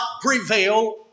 prevail